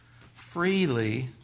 freely